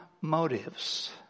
motives